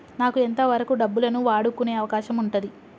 నాకు ఎంత వరకు డబ్బులను వాడుకునే అవకాశం ఉంటది?